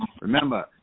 remember